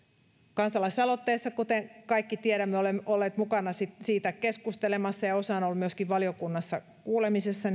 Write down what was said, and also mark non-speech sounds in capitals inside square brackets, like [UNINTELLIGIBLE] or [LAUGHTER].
kansalaisaloitteessa kuten kaikki tiedämme olemme olleet mukana siitä keskustelemassa ja osa on ollut myöskin valiokunnassa kuulemisessa [UNINTELLIGIBLE]